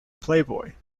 playboy